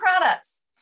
products